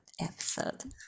episode